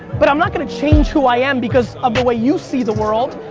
but i'm not gonna change who i am because of the way you see the world.